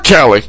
Kelly